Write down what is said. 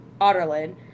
Otterland